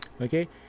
okay